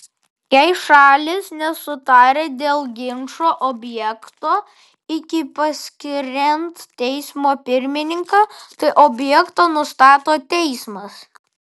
jei šalys nesutarė dėl ginčo objekto iki paskiriant teismo pirmininką tai objektą nustato teismas